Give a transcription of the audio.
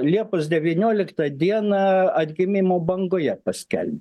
liepos devynioliktą dieną atgimimo bangoje paskelbė